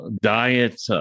diet